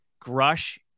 Grush